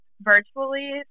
virtually